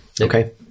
Okay